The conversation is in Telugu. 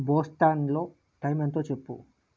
బోస్టన్లో టైమ్ ఎంతో చెప్పు